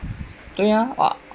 对呀啊